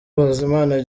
bizimana